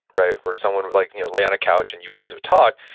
right, where someone would like you know lay on a couch and you guys would talk.